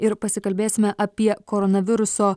ir pasikalbėsime apie koronaviruso